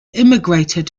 immigrated